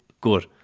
good